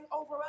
over